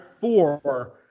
four